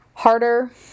harder